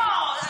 לא.